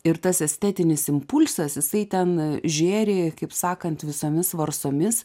ir tas estetinis impulsas jisai ten žėri kaip sakant visomis varsomis